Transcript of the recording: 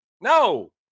No